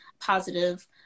positive